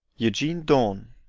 eugene dorn,